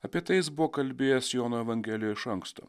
apie tai jis buvo kalbėjęs jono evangelijoj iš anksto